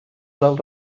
del